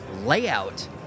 layout